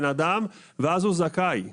סיגל מורן, מנכ"לית משרד הרווחה, בבקשה.